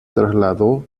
trasladó